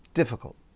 difficult